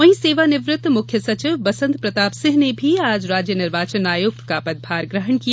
वहीं सेवानिवृत्त मुख्य सचिव बसन्त प्रताप सिंह ने भी आज राज्य निर्वाचन आयुक्त का पदभार ग्रहण किया